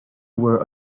were